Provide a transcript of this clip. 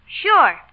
Sure